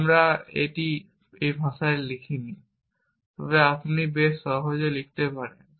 আমি এটি এই ভাষায় লিখিনি তবে আপনি এটি বেশ সহজে লিখতে পারেন